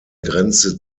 grenze